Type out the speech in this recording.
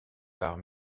par